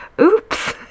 oops